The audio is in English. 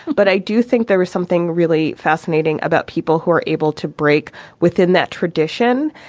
but i do think there was something really fascinating about people who are able to break within that tradition.